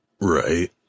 Right